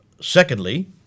Secondly